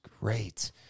great